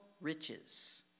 riches